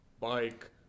Bike